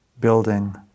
building